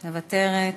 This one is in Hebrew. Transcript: מוותרת.